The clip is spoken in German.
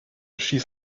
schieß